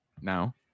now